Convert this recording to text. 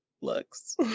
looks